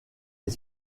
les